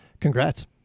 congrats